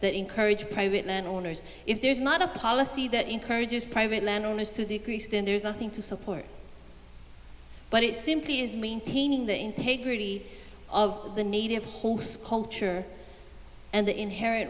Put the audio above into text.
that encourage private landowners if there's not a policy that encourages private landowners to the crease then there's nothing to support but it simply is maintaining the integrity of the native culture and the inherent